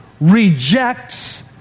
rejects